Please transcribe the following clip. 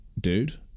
dude